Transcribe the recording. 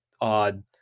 odd